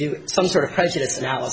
you know